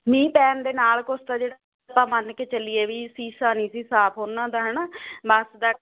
ਮੀਂਹ ਪੈਣ ਦੇ ਨਾਲ ਕੁਛ ਦਾ ਜਿਹੜਾ ਮੰਨ ਕੇ ਚੱਲੀਏ ਵੀ ਸੀਸਾ ਨਹੀਂ ਸੀ ਸਾਫ ਉਹਨਾਂ ਦਾ ਹਨਾ ਬਸ ਦਾ